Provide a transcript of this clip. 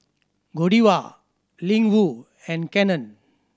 Godiva Ling Wu and Canon